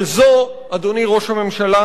אבל זו, אדוני ראש הממשלה,